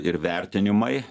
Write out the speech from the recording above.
ir vertinimai